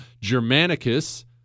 Germanicus